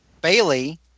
Bailey